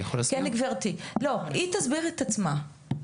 היא תסביר את עצמה.